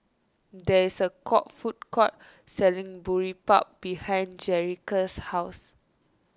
there is a court food court selling Boribap behind Jerrica's house